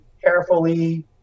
carefully